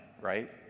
right